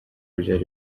byari